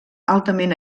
altament